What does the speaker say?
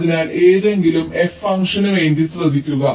അതിനാൽ ഏതെങ്കിലും f ഫംഗ്ഷനുവേണ്ടി ശ്രദ്ധിക്കുക